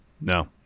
no